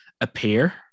appear